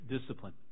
discipline